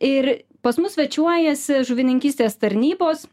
ir pas mus svečiuojasi žuvininkystės tarnybos